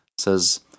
says